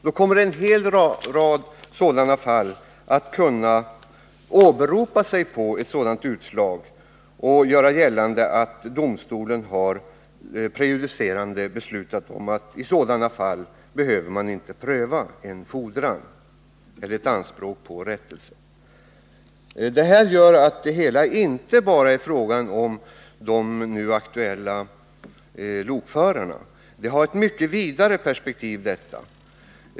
Man kommer att kunna göra gällande att domstolen har fattat ett prejudicerande beslut om att man i sådana fall inte behöver pröva ett krav på skadestånd. Detta innebär att denna fråg; lokförarna, utan frågan har ett mycket vidare perspektiv.